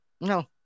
No